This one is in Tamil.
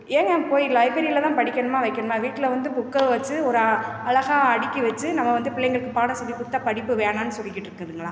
ஏங்க போய் லைப்ரரியில தான் படிக்கணுமா வைக்கணுமா வீட்டில வந்து புக்கை வச்சி ஒரு அ அழகாக அடிக்கி வச்சி நம்ம வந்து பிள்ளைங்களுக்கு பாடம் சொல்லிக் கொடுத்தா படிப்பு வேணாம்னு சொல்லிக்கிட்டு இருக்குதுங்களா